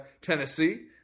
Tennessee